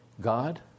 God